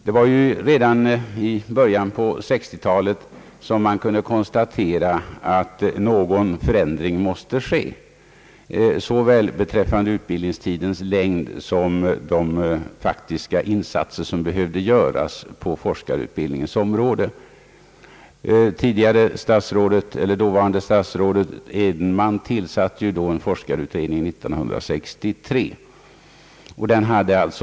Redan i början på 1960-talet kunde man konstatera att en förändring måste ske såväl beträffande utbildningstidens längd som beträffande de faktiska insatser vi behövde göra på forskarutbildningens område. Dåvarande statsrådet Edenman tillsatte år 1963 en forskarutredning.